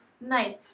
nice